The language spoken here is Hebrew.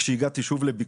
כשהגעתי שוב לביקור,